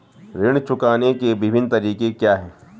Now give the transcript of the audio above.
ऋण चुकाने के विभिन्न तरीके क्या हैं?